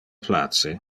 place